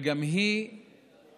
וגם היא נדחתה.